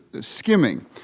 skimming